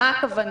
מה הכוונה?